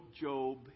Job